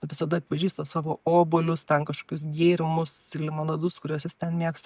visada atpažįsta savo obuolius ten kažkokius gėrimus limonadus kuriuos jis ten mėgsta